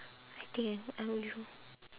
I think ah I go before